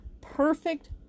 perfect